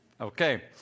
okay